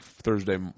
Thursday